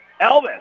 Elvis